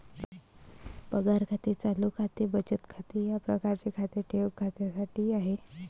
पगार खाते चालू खाते बचत खाते या प्रकारचे खाते ठेव खात्यासाठी आहे